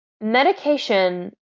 Medication